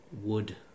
Wood